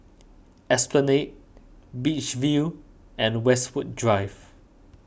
Esplanade Beach View and Westwood Drive